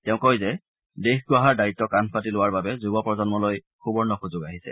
তেওঁ কয় যে দেশ গঢ়াৰ দায়িত্ব কান্ধ পাতি লোৱাৰ বাবে যুৱ প্ৰজন্মলৈ সুৱৰ্ণ সুযোগ আহিছে